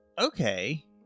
Okay